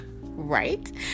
right